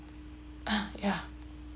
ah ya